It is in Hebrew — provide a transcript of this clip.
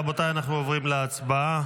רבותיי, אנחנו עוברים להצבעה,